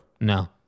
No